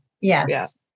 Yes